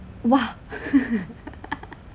!wow!